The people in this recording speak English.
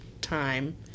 time